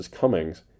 Cummings